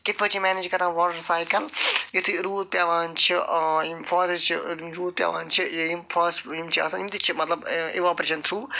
کِتھ پٲٹھۍ چھِ میٚنیج کَران واٹَر سایکل یُتھُے روٗد پٮ۪وان چھُ یِم فارٮ۪سٹ چھ روٗد پٮ۪وان چھ یہِ یِم فارٮ۪سٹ یِم چھِ آسان یِم تہِ چھِ مَطلَب اِواپریشَن تھرٛوٗ